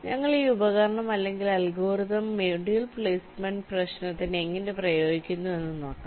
ഞങ്ങൾ ഈ ഉപകരണം അല്ലെങ്കിൽ അൽഗോരിതം മൊഡ്യൂൾ പ്ലേസ്മെന്റ് പ്രശ്നത്തിന് എങ്ങനെ പ്രയോഗിക്കുന്നുവെന്ന് നോക്കാം